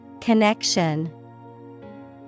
Connection